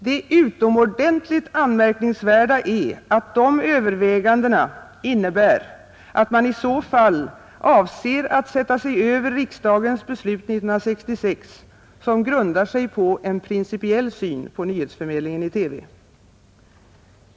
Det utomordentligt anmärkningsvärda är att dessa överväganden innebär att man i så fall avser att sätta sig över riksdagens beslut 1966, som grundar sig på en principiell syn på nyhetsförmedlingen i TV.